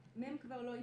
מ' כבר לא איתנו,